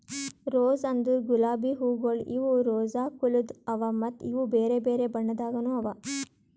rose ಅಂದುರ್ ಗುಲಾಬಿ ಹೂವುಗೊಳ್ ಇವು ರೋಸಾ ಕುಲದ್ ಅವಾ ಮತ್ತ ಇವು ಬೇರೆ ಬೇರೆ ಬಣ್ಣದಾಗನು ಅವಾ